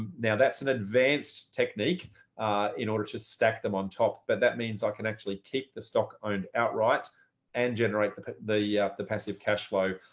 now that's an advanced technique in order to stack them on top, but that means i can actually keep the stock owned outright and generate the the yeah passive cash flow.